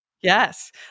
Yes